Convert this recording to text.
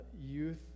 youth